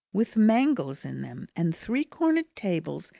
with mangles in them, and three-cornered tables,